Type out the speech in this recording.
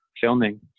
filming